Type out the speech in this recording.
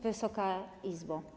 Wysoka Izbo!